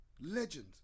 Legend